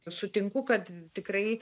sutinku kad tikrai